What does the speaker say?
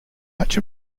much